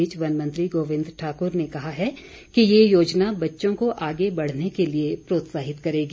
इस बीच वनमंत्री गोबिंद ठाकुर ने कहा है कि ये योजना बच्चों को आगे बढ़ने के लिए प्रोत्साहित करेगी